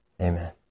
amen